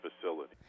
facility